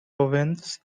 ovens